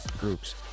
groups